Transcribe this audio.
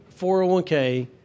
401K